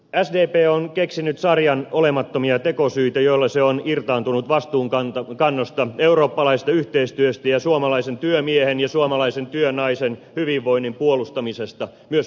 sdp on keksinyt sarjan olemattomia tekosyitä joilla se on irtaantunut vastuunkannosta eurooppalaisesta yhteistyöstä ja suomalaisen työmiehen ja suomalaisen työnaisen hyvinvoinnin puolustamisesta myös vaikeina aikoina